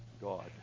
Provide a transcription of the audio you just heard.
God